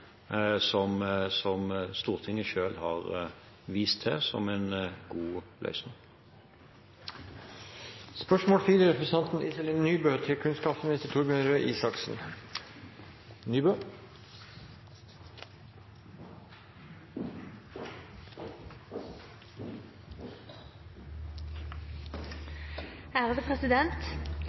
som Stortinget selv har vist til som en god løsning.